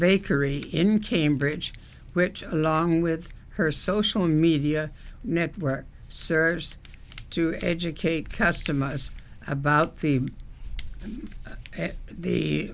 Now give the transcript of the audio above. bakery in cambridge which along with her social media network serves to educate customers about the